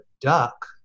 duck